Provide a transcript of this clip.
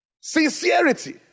Sincerity